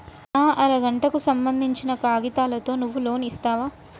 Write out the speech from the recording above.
నా అర గంటకు సంబందించిన కాగితాలతో నువ్వు లోన్ ఇస్తవా?